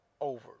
over